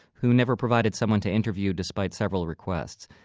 who never provided someone to interview despite several requests.